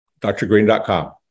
drgreen.com